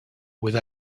with